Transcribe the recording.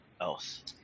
else